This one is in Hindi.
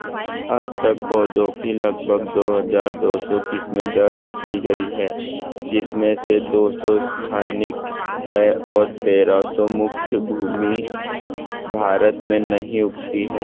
अब तक पौधो के लग भग दो हज़ार दो सौ किस्में दर्ज की गई है जिसमें से दो सौ स्थानिक हैं और तेरह सौ मुख्य भूमि भारत में नहीं उगती है